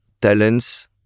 talents